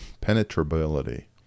penetrability